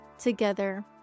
together